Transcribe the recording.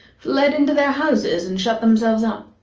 fled into their houses, and shut themselves up.